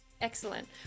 Excellent